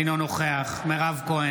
אינו נוכח מירב כהן,